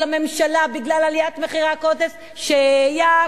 הממשלה בגלל עליית מחירי ה"קוטג'" ש-י-ק-ו-ם.